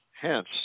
hence